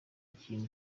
ikintu